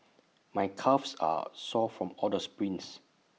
my calves are sore from all the sprints